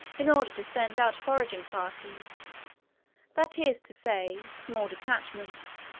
in order to send out foraging parties that is to say, small detachments,